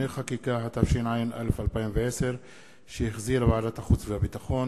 הודעת ועדת החוקה,